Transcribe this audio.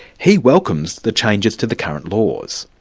he welcomes the changes to the current laws.